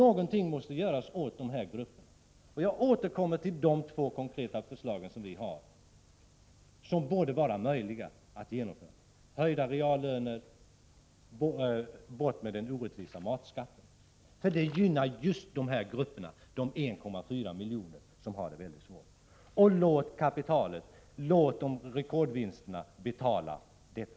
Någonting måste göras för de här grupperna, och jag återkommer till de två konkreta förslag som vi har fört fram och som borde vara möjliga att genomföra: höjda reallöner, bort med den orättvisa matskatten! Det gynnar just de 1,4 miljoner som har det väldigt svårt. Och låt kapitalets rekordvinster betala detta!